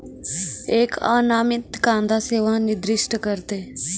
एक अनामित कांदा सेवा निर्दिष्ट करते